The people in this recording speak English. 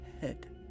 head